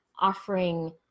offering